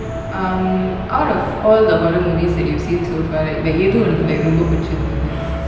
um out of all the horror movies that you've seen so far right எது உனக்கு ரொம்ப புடிச்சிருந்ததது:yethu unaku romba pudichirunthathu